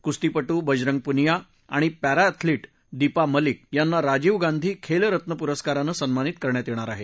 कुस्तीपट्ट बजरंग पुनिया आणि पद्धीअँथलिट दिपा मलिक यांना राजीव गांधी खेलरत्न पुरस्कारांने सन्मानित करण्यात येणार आहे